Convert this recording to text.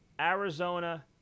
Arizona